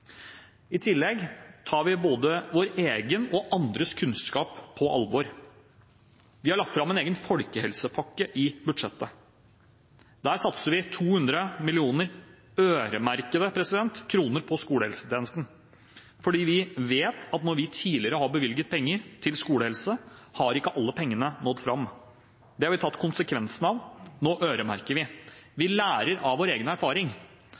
I tillegg tar vi både vår egen og andres kunnskap på alvor. Vi har lagt fram en egen folkehelsepakke i budsjettet. Der satser vi 200 millionerøremerkede kroner på skolehelsetjenesten, fordi vi vet at når vi tidligere har bevilget penger til skolehelsetjenesten, har ikke alle pengene nådd fram. Det har vi tatt konsekvensen av – nå øremerker vi. Vi lærer av vår egen erfaring.